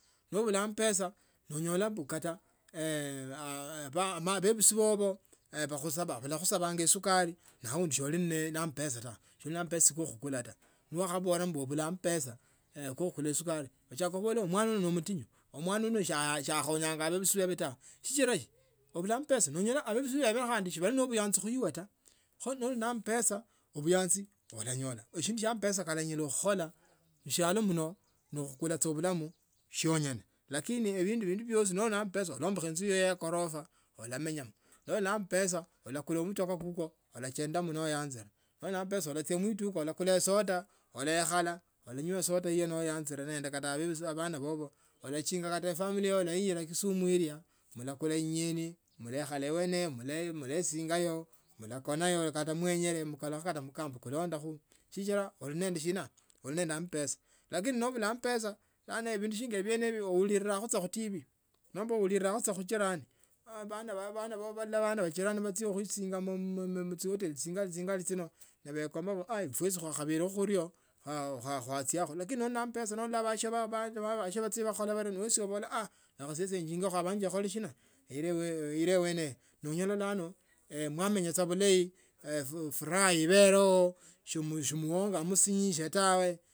Nobula ambesa nonyola kata bebisi bobo balakhusabanga esukari na aundi oli nende ambesa taa obula ambesa ko khukula taa, nobola mbu ubula ambesa kwa khakula esukari nabachakha khubola omwana uno ne mutinyi, omwana uno siakhonya bebisi bebe taa sichila si obula ambesa, noonyola abebisi bebe si bari nobuyanzi ninaweta, kho nolina ambesa buyanzi bulanyolekha eshindu shia ambesa shinyala khukhola mshialo mno ne khukula sa bulamu shionyene lakini ebindu bindu byosi noli naambesa ulaembokha inzu iyo ya gorofa olamenyamo noli na ambesa olakula mutokaa kukwo olachendemo noyoazile noli naambesa ulachia muduka ukule soda ulekhala unywe soda hiyo noyanzile nende khandi abana babo balechinga kata ifamilia yoyo ulaila kisumu ilya ulakula ing'eni mlakonayo kata muenyele mukalukhe mkamba kulondakho sichila uli nende sina uli nende ambesa lakini nobula ambesa vindu shinga firie hivyo ulirako saa mtivi nomba ulirako saa khujirani abana ba jirani nebachilo khuisingamo mchihoteli chingali chingali chino wekomba fwesi kwakebeli khurio kwachiakho lakini noli na ambesa ulole batsio bachile bario na wesio ubda lekha sesi ekingokho banje uile eneyo nonyola bulano bana bamenya bulayi furaha ebeo simuonga mushinyekhe tawe